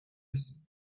رسی